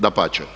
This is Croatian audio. Dapače.